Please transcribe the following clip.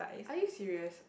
are you serious